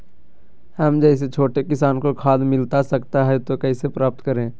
हम जैसे छोटे किसान को खाद मिलता सकता है तो कैसे प्राप्त करें?